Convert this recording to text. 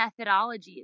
methodologies